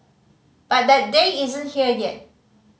but that day isn't here yet